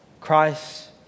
Christ